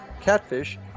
catfish